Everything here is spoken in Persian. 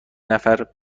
نفر